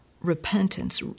repentance